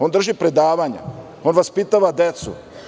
On drži predavanja, on vaspitava decu.